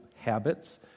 habits